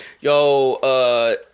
yo